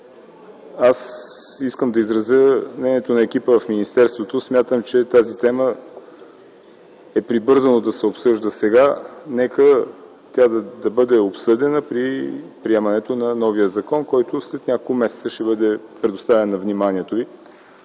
Искам да изразя мнението на екипа в министерството. Смятам, че тази тема е прибързано да се обсъжда сега. Нека да бъде обсъдена при приемането на новия закон, който след няколко месеца ще бъде представен на вниманието ви.